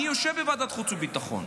אני יושב בוועדת חוץ וביטחון.